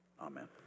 Amen